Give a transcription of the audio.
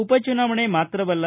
ಉಪಚುನಾವಣೆ ಮಾತ್ರವಲ್ಲ